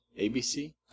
ABC